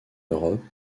europe